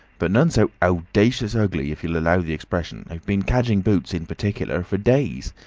but none so owdacious ugly if you'll allow the expression. i've been cadging boots in particular for days.